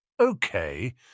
Okay